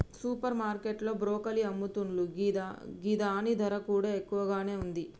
super market లో broccoli అమ్ముతున్లు గిదాని ధర కూడా ఎక్కువగానే ఉంది